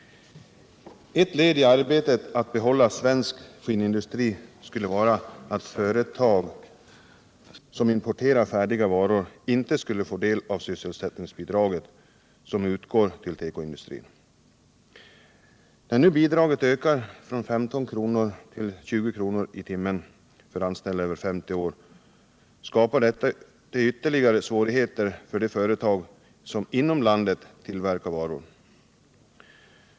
Ett led i arbetet att behålla svensk skinnindustri skulle vara, att sysselsättningsbidraget till tekoindustrin inte skulle kunna utgå till företag som importerar färdiga varor. När nu bidraget ökar från 15 till 20 kr. per timme för anställd över 50 år skapas ytterligare svårigheter för de företag som inom landet tillverkar skinnvaror.